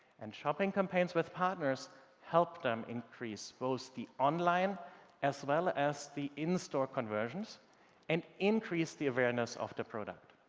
and shopping campaigns with partners helped them increase both the online as well ah as the in-store conversions and increased the awareness of the product.